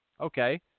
Okay